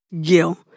Gil